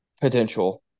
potential